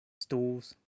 stools